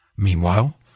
Meanwhile